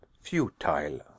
futile